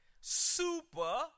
super